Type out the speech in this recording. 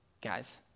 Guys